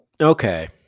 okay